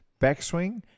backswing